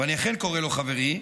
ואני אכן קורא לו חברי,